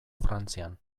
frantzian